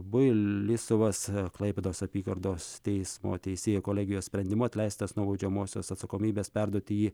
builisovas klaipėdos apygardos teismo teisėjų kolegijos sprendimu atleistas nuo baudžiamosios atsakomybės perduoti jį